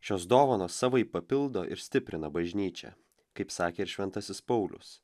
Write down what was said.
šios dovanos savaip papildo ir stiprina bažnyčią kaip sakė ir šventasis paulius